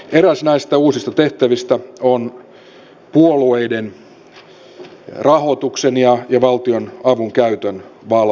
eräs näistä uusista tehtävistä on puolueiden rahoituksen ja valtionavun käytön valvonta